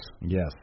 Yes